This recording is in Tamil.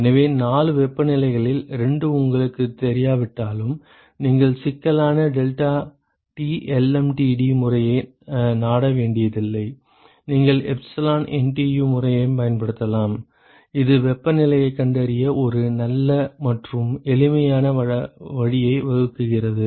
எனவே 4 வெப்பநிலைகளில் 2 உங்களுக்குத் தெரியாவிட்டாலும் நீங்கள் சிக்கலான deltaTlmtd முறையை நாட வேண்டியதில்லை நீங்கள் எப்சிலான் NTU முறையைப் பயன்படுத்தலாம் இது வெப்பநிலையைக் கண்டறிய ஒரு நல்ல மற்றும் எளிமையான வழியை வழங்குகிறது